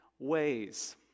ways